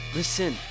listen